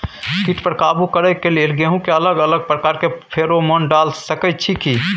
कीट पर काबू करे के लेल गेहूं के अलग अलग प्रकार के फेरोमोन डाल सकेत छी की?